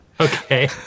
Okay